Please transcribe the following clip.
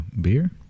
beer